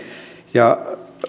ja